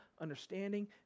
understanding